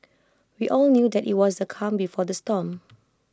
we all knew that IT was the calm before the storm